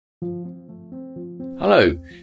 Hello